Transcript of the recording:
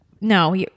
no